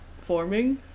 forming